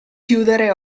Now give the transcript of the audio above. chiudere